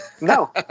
No